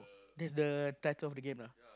that's the title of the game lah